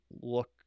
look